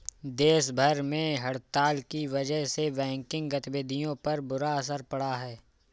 देश भर में हड़ताल की वजह से बैंकिंग गतिविधियों पर बुरा असर पड़ा है